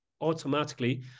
automatically